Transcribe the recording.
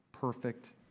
perfect